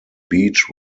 beach